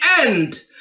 end